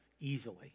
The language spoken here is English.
easily